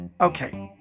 Okay